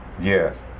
yes